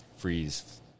Freeze